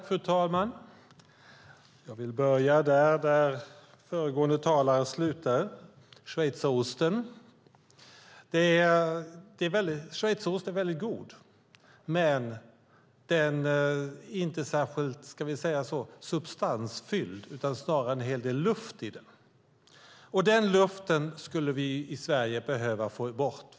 Fru talman! Jag vill börja där föregående talare slutade, med schweizerosten. Schweizerosten är väldigt god, men den är inte särskilt substansfylld utan det är snarare en hel del luft i den. Och den luften skulle vi i Sverige behöva få bort.